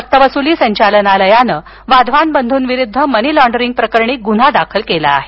सक्तवसुली संचालनालयानं वाधवान बंधूंविरुद्ध मनी लाँडरिंगप्रकरणी गुन्हा दाखल केला आहे